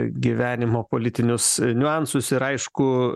gyvenimo politinius niuansus ir aišku